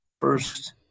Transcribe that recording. first